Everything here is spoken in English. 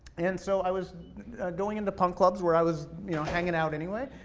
and so i was going into punk clubs where i was you know hanging out anyway,